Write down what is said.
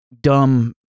dumb